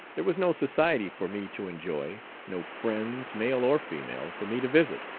there was no society for me to enjoy no friends, male or female, for me to visit,